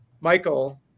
Michael